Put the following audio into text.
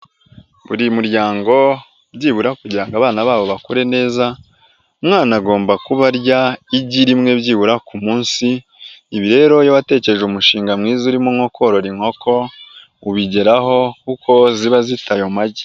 Buri muryango byibura kugira ngo abana babo bakure neza, umwana agomba kubarya igi rimwe byibura ku munsi. Ibi rero iyo watekereje umushinga mwiza urimo nko korora inkoko, ubigeraho kuko ziba zita magi.